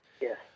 Yes